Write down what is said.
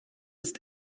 ist